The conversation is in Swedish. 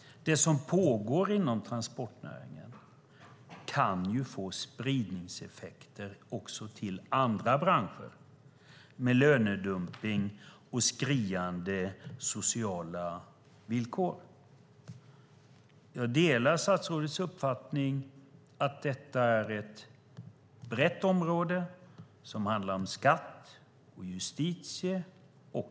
Det som pågår inom transportnäringen kan nämligen få spridningseffekter också till andra branscher, med lönedumpning och dåliga sociala villkor. Jag delar statsrådets uppfattning att detta är ett brett område som också handlar om skatt och justitiefrågor.